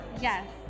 Yes